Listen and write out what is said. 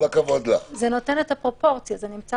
--- צריך